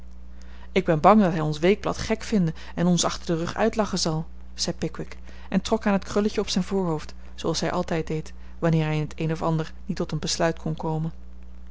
ik ben bang dat hij ons weekblad gek vinden en ons achter den rug uitlachen zal zei pickwick en trok aan het krulletje op zijn voorhoofd zooals hij altijd deed wanneer hij in het een of ander niet tot een besluit kon komen